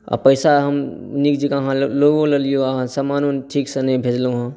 आओर पैसा हम नीक जकाँ लऽ लेलहुँ अहाँ समानो ठीक जकाँ नहि भेजलहुँ अहाँ